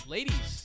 Ladies